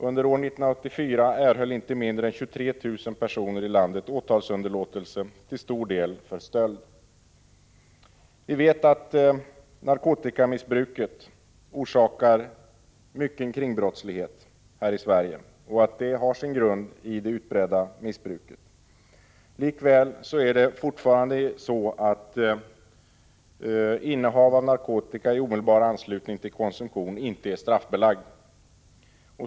Under år 1984 erhöll inte mindre än 23 000 personer åtalsunderlåtelse, till stor del för stöld. Vi vet att det utbredda narkotikamissbruket orsakar mycken kringbrottslighet i Sverige. Likväl är det fortfarande så att innehav av narkotika i omedelbar anslutning till konsumtion inte är straffbelagd.